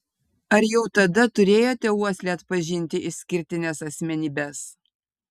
ar jau tada turėjote uoslę atpažinti išskirtines asmenybes